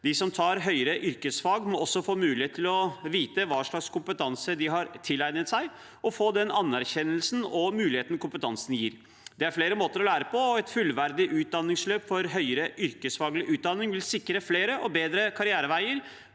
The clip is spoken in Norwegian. De som tar høyere yrkesfag, må også få mulighet til å vite hva slags kompetanse de har tilegnet seg, og få den anerkjennelsen og de mulighetene kompetansen gir. Det er flere måter å lære på, og et fullverdig utdanningsløp for høyere yrkesfaglig utdanning vil sikre flere og bedre karriereveier